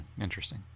Interesting